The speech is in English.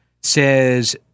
says